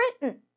Britain